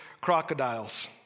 crocodiles